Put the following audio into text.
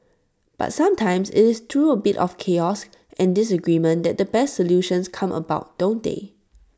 but sometimes IT is through A little bit of chaos and disagreement that the best solutions come about don't they